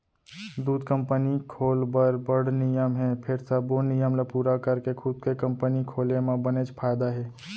दूद कंपनी खोल बर बड़ नियम हे फेर सबो नियम ल पूरा करके खुद के कंपनी खोले म बनेच फायदा हे